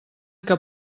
que